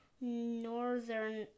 northern